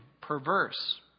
perverse